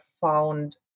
found